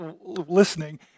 listening